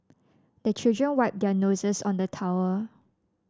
the children wipe their noses on the towel